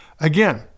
Again